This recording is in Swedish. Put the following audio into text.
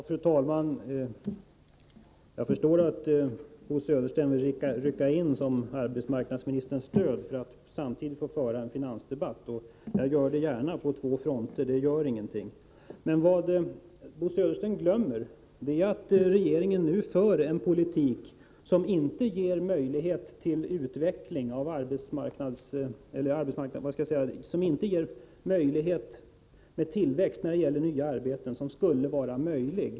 Fru talman! Jag förstår att Bo Södersten vill rycka in som arbetsmarknadsministerns stöd för att samtidigt få föra en finansdebatt, och jag för gärna en debatt på två fronter — det gör ingenting. Men vad Bo Södersten glömmer är att regeringen nu för en politik som inte ger en sådan tillväxt av nya arbeten som skulle vara möjlig.